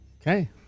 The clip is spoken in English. Okay